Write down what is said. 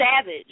Savage